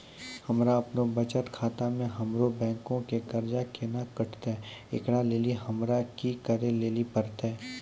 हमरा आपनौ बचत खाता से हमरौ बैंक के कर्जा केना कटतै ऐकरा लेली हमरा कि करै लेली परतै?